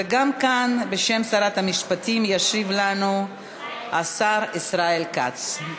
וגם כאן, בשם שרת המשפטים, ישיב לנו השר ישראל כץ.